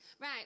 Right